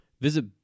Visit